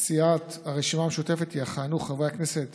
סיעת הרשימה המשותפת יכהנו חברי הכנסת